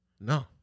No